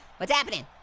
what's happening?